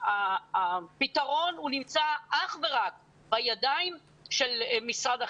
הפתרון נמצא אך ורק בידיים של משרד החינוך,